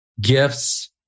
gifts